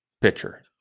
pitcher